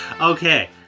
Okay